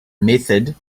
method